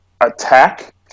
attack